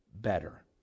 better